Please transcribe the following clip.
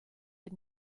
had